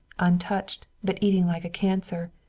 untouched, but eating like a cancer,